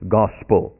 gospel